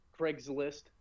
Craigslist